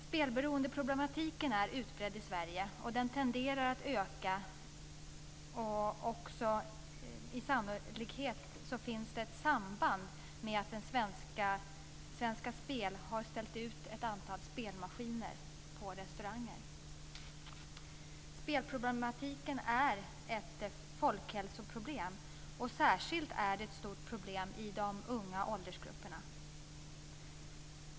Spelberoendeproblematiken är utredd i Sverige, och den tenderar att öka, och sannolikt finns det ett samband med att Svenska spel har ställt ut ett antal spelmaskiner på restauranger. Spelproblematiken är ett folkhälsoproblem, och det är ett stort problem särskilt i de unga åldersgrupperna.